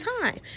time